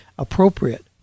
appropriate